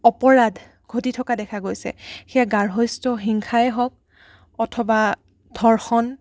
অপৰাধ ঘটি থকা দেখা গৈছে সেয়া গাৰ্হস্থ্য হিংসাই হওক অথবা ধৰ্ষণ